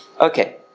Okay